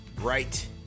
right